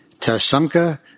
Tasumka